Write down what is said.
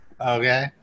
Okay